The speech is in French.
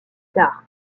tard